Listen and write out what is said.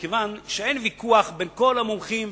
אין ויכוח בין כל המומחים,